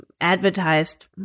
advertised